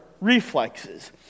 reflexes